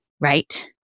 right